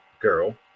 girl